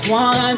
one